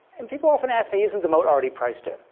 and people often ask me, isn't the moat already priced in?